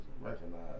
Recognize